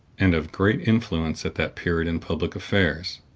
and of great influence at that period in public affairs.